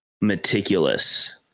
meticulous